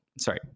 sorry